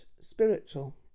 spiritual